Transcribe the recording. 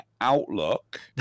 outlook